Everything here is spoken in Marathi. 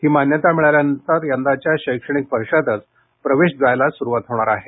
ही मान्यता मिळाल्यानंतर यंदाच्या शैक्षणिक वर्षातच प्रवेश द्यायला सुरुवात होणार आहे